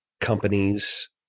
companies